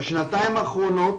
בשנתיים האחרונות